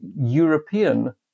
European